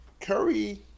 Curry